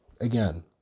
Again